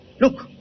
Look